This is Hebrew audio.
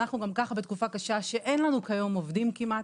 אנחנו גם ככה בתקופה קשה שאין לנו כיום עובדים כמעט.